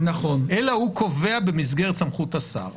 אלא הוא קובע במסגרת סמכות השר.